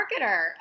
marketer